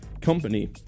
company